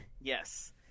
Yes